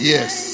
Yes